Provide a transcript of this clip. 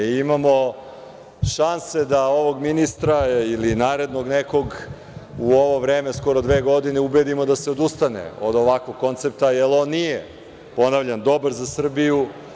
Imamo šanse da ovog ministra ili nekog narednog u ovo vreme, skoro dve godine, ubedimo da se odustane od ovakvog koncepta, jer on nije, ponavljam, dobar za Srbiju.